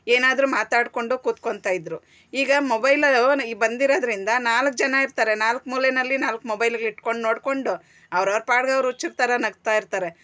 ಏನಾದ್ರೂ ಮಾತಾಡ್ಕೊಂಡು ಕೂತ್ಕೊಳ್ತಾ ಇದ್ರು ಈಗ ಮೊಬೈಲು ಬಂದಿರೋದ್ರಿಂದ ನಾಲ್ಕು ಜನ ಇರ್ತಾರೆ ನಾಲ್ಕು ಮೂಲೆಯಲ್ಲಿ ನಾಲ್ಕು ಮೊಬೈಲ್ಗಳು ಇಟ್ಕೊಂಡು ನೋಡ್ಕೊಂಡು ಅವ್ರವ್ರ ಪಾಡ್ಗೆ ಅವ್ರು ಹುಚ್ಚರ ಥರ ನಗ್ತಾ ಇರ್ತಾರೆ